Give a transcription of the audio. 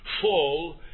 fall